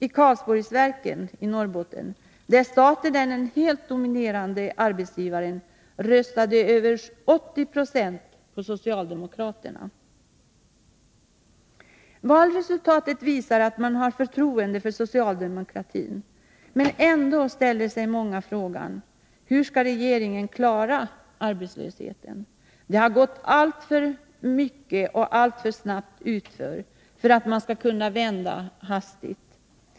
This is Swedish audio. I Karlsborgsverken i Norrbotten, där staten är den helt dominerande arbetsgivaren, röstade över 80 70 på socialdemokraterna. Valresultatet visar alltså att människor har förtroende för socialdemokratin. Ändå ställer sig många frågan: ”Hur skall regeringen klara arbetslösheten?” Det har gått alltför mycket och snabbt utför för att utvecklingen hastigt skall kunna vändas.